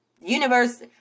Universe